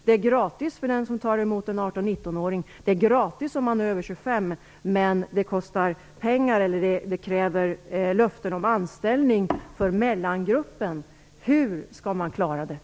Det är gratis för den som tar emot en 18-19-åring, och det är gratis om ungdomarna är över 25 år, men det kräver löften om anställning för mellangruppen. Hur skall man klara detta?